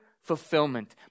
fulfillment